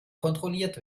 kontrolliert